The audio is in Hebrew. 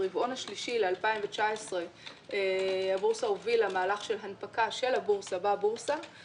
ברבעון השלישי של 2019 הבורסה הובילה מהלך של הנפקה של הבורסה בבורסה.